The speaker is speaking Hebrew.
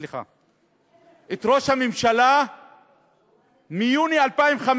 סליחה, את ראש הממשלה מיוני 2015,